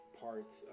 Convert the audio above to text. parts